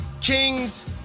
King's